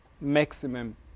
maximum